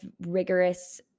rigorous